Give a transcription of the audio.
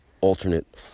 alternate